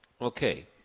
Okay